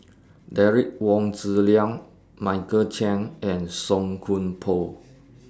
Derek Wong Zi Liang Michael Chiang and Song Koon Poh